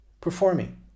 performing